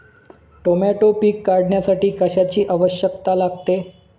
Tomato पीक काढण्यासाठी कशाची आवश्यकता लागते?